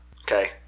Okay